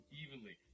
evenly